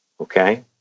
okay